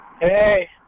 Hey